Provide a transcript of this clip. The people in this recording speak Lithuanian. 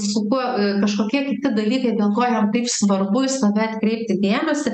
su kuo kažkokie kiti dalykai dėl ko jam taip svarbu į save atkreipti dėmesį